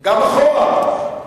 גם אחורה.